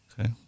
Okay